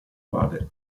padre